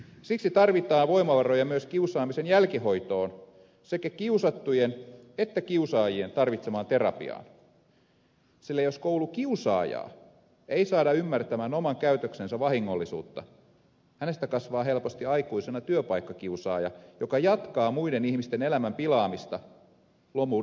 siksi tarvitaan voimavaroja myös kiusaamisen jälkihoitoon sekä kiusattujen että kiusaajien tarvitsemaan terapiaan sillä jos koulukiusaajaa ei saada ymmärtämään oman käytöksensä vahingollisuutta hänestä kasvaa helposti aikuisena työpaikkakiusaaja joka jatkaa muiden ihmisten elämän pilaamista lopun ikäänsä